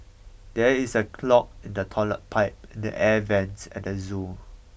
there is a clog in the toilet pipe and the air vents at the zoo